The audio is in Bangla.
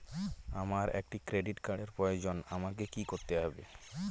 আমার একটি ক্রেডিট কার্ডের প্রয়োজন আমাকে কি করতে হবে?